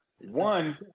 One